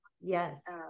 Yes